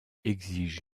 exige